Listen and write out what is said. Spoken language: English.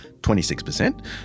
26%